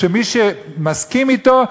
שמי שמסכים אתו,